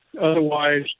Otherwise